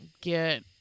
Get